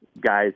guys